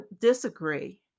disagree